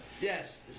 Yes